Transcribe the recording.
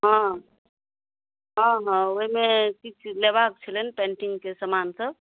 हँ हँ हँ ओहिमे किछु लेबाक छलैनि पेन्टिंगके समान सब